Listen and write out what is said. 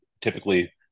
typically